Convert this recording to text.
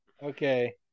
Okay